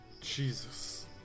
Jesus